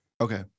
Okay